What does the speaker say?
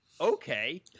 okay